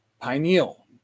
Pineal